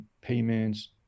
payments